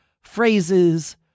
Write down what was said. phrases